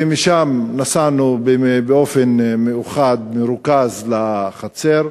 ומשם נסענו באופן מרוכז לחצר.